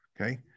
Okay